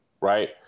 right